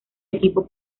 equipo